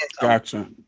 gotcha